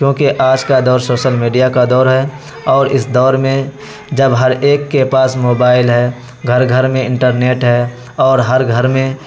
کیونکہ آج کا دور شوشل میڈیا کا دور ہے اور اس دور میں جب ہر ایک کے پاس موبائل ہے گھر گھر میں انٹرنیٹ ہے اور ہر گھر میں